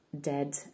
dead